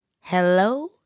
Hello